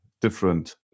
different